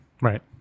Right